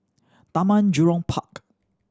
Taman Jurong Park